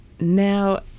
Now